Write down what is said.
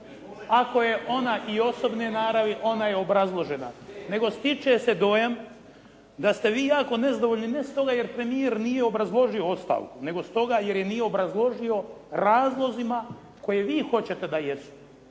Ako je ona i osobne naravi ona je obrazložena. Nego stiče se dojam da ste vi jako nezadovoljni ne stoga jer premijer nije obrazložio ostavku, nego stoga jer ga nije obrazložio razlozima koje vi hoćete da jesu.